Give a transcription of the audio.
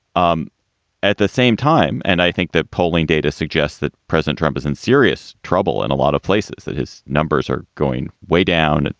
um at the same time and i think that polling data suggests that president trump is in serious trouble and a lot of places that his numbers are going way down.